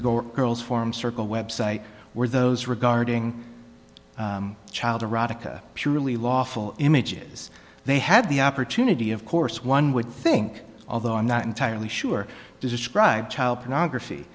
the gore girls form circle web site were those regarding child erotica purely lawful images they had the opportunity of course one would think although i'm not entirely sure describe child pornography